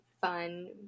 fun